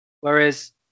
Whereas